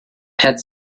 pet